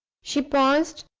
she paused,